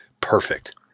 perfect